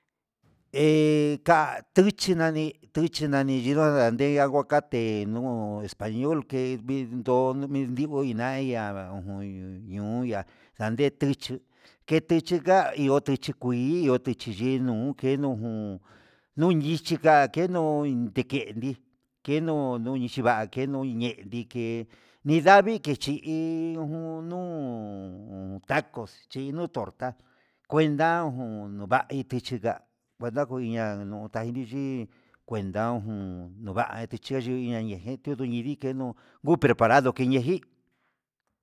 Ke ka'a tuchi nani tuchi nani yinda nadé he guacate nuu ho español ke din do'o, ndo migo mi naya'a ujun nuu ya salnde tiché ke tichi nra ioté ichi kuii yote chinenuu, unkenuu ndundichi nga keno'o inkendi kenuu nunichi va'a keno ñe'e dike nindavii kechi hí jun nuu tacos, chí nuu torta kuenta jun navaiti tichi nga ña nuaidi yii kuenta jun nov'a nikayuña ñeje tundei dikeno ngu prepardo yiñeji.